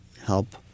help